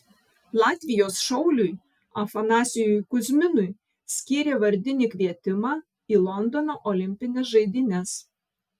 latvijos šauliui afanasijui kuzminui skyrė vardinį kvietimą į londono olimpines žaidynes